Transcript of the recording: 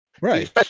Right